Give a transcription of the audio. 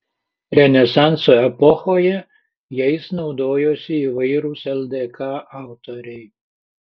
renesanso epochoje jais naudojosi įvairūs ldk autoriai